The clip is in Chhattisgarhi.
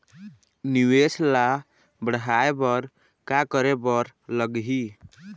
निवेश ला बड़हाए बर का करे बर लगही?